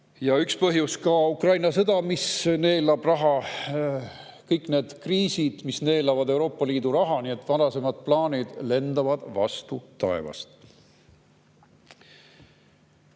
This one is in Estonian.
Ja üks põhjus on ka Ukraina sõda, mis neelab raha, kõik need kriisid, mis neelavad Euroopa Liidu raha, nii et varasemad plaanid lendavad vastu taevast.